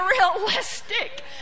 unrealistic